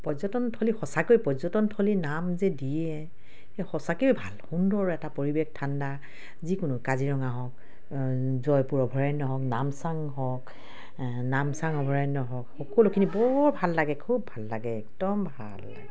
পৰ্যটনস্থলী সঁচাকৈ পৰ্যটনস্থলী নাম যে দিয়ে সেই সঁচাকৈয়ে ভাল সুন্দৰ এটা পৰিৱেশ ঠাণ্ডা যিকোনো কাজিৰঙা হওক জয়পুৰ অভয়াৰণ্য হওক নামচাং হওক নামচাং অভয়াৰণ্য হওক সকলোখিনি বৰ ভাল লাগে খুব ভাল লাগে একদম ভাল লাগে